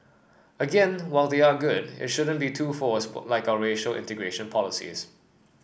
again while they are good it shouldn't be too forced like our racial integration policies